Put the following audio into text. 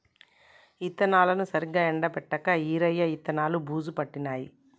విత్తనాలను సరిగా ఎండపెట్టక ఈరయ్య విత్తనాలు బూజు పట్టినాయి